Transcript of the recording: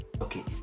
Okay